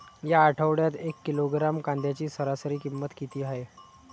या आठवड्यात एक किलोग्रॅम कांद्याची सरासरी किंमत किती आहे?